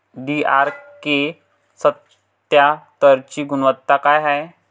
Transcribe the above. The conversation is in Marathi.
डी.आर.के सत्यात्तरची गुनवत्ता काय हाय?